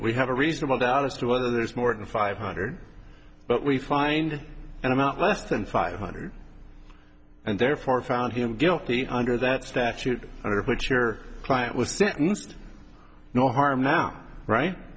we have a reasonable doubt as to whether there's more than five hundred but we find an amount less than five hundred and therefore found him guilty under that statute under which your client was sentenced no harm now right